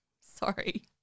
Sorry